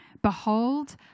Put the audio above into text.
Behold